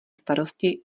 starosti